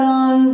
on